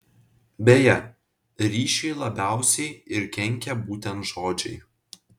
beje ryšiui labiausiai ir kenkia būtent žodžiai